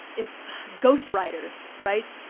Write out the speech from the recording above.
if ghost writer, right.